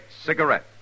cigarette